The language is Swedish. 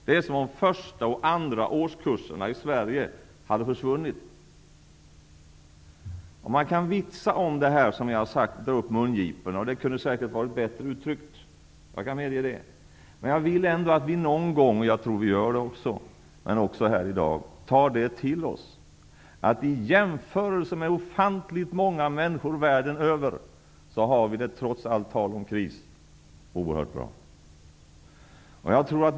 Det är som om första och andra årskurserna i Sverige hade försvunnit. Det går att vitsa om detta och dra upp mungiporna. Jag medger att jag säkert kunde ha uttryckt mig bättre. Men någon gång, särskilt här i dag, vill jag att vi tar till oss detta, nämligen att i jämförelse med ofantligt många människor världen över har vi det, trots allt tal om kriser, oerhört bra.